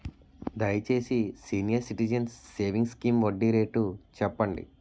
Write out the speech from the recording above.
దయచేసి senior citizens savings scheme వడ్డీ rate చెప్పండి